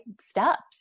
steps